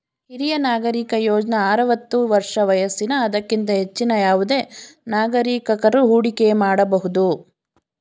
ಹಿರಿಯ ನಾಗರಿಕ ಯೋಜ್ನ ಆರವತ್ತು ವರ್ಷ ವಯಸ್ಸಿನ ಅದಕ್ಕಿಂತ ಹೆಚ್ಚಿನ ಯಾವುದೆ ನಾಗರಿಕಕರು ಹೂಡಿಕೆ ಮಾಡಬಹುದು